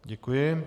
Děkuji.